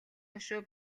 хошуу